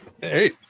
Hey